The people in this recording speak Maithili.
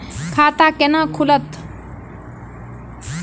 खाता केना खुलत?